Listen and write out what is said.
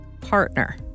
partner